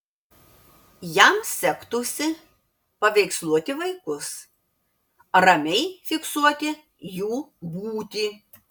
jam sektųsi paveiksluoti vaikus ramiai fiksuoti jų būtį